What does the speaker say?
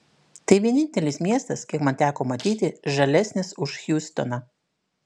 tai vienintelis miestas kiek man teko matyti žalesnis už hjustoną